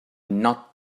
not